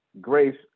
Grace